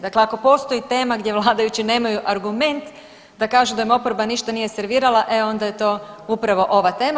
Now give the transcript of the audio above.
Dakle, ako postoji tema gdje vladajući nemaju argument da kažu da im oporba ništa nije servirala, e onda je to upravo ova tema.